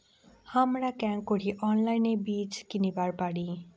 হামরা কেঙকরি অনলাইনে বীজ কিনিবার পারি?